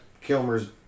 Kilmer's